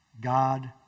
God